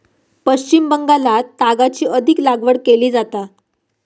पश्चिम बंगालात तागाची अधिक लागवड केली जाता